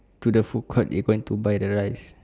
to the food court you going to buy the rice